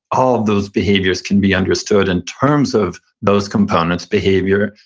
all of those behaviors can be understood in terms of those components, behavior,